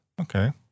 Okay